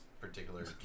particular